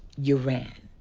you ran.